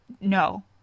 No